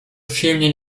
przyjemnie